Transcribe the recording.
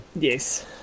yes